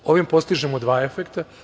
Ovim postižemo dva efekta.